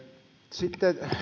sitten